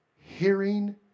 hearing